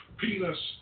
penis